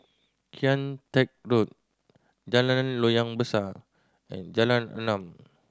Kian Teck Road Jalan Loyang Besar and Jalan Enam